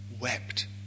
wept